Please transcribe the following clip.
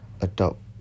adopt